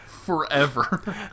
Forever